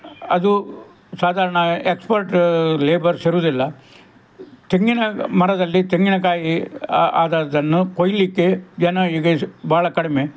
ಅದು ಸಾದಾರಣ expert labours ಇರೋದಿಲ್ಲ ತೆಂಗಿನ ಮರದಲ್ಲಿ ತೆಂಗಿನಕಾಯಿ ಆದದ್ದನ್ನು ಕೊಯ್ಯಲಿಕ್ಕೆ ಜನ ಈಗ ಭಾಳ ಕಡಿಮೆ